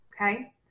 okay